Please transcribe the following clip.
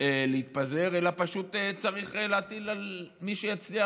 להתפזר אלא פשוט צריך להטיל הרכבת ממשלה על מי שיצליח,